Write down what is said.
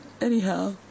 Anyhow